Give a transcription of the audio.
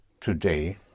today